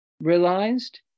realized